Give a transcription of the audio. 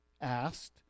asked